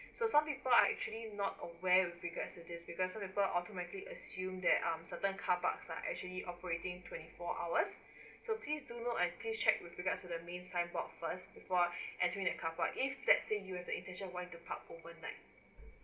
so some people are actually not aware with regards of this because some people automatically assume that um certain carparks are actually operating twenty four hours so please do note and please check with regards to the main signboard first before car park if let's say you have the intention want to park overnight